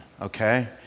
okay